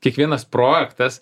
kiekvienas projektas